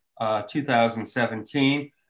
2017